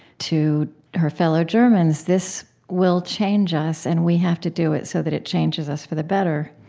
to her fellow germans, this will change us and we have to do it so that it changes us for the better.